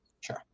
Sure